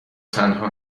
تنها